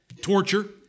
torture